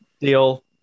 deal